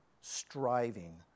striving